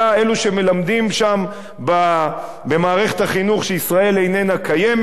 אלו שמלמדים שם במערכת החינוך שישראל איננה קיימת,